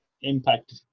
impact